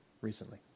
recently